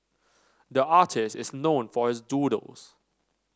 the artist is known for his doodles